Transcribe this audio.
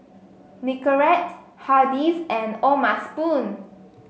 Nicorette Hardy's and O'ma Spoon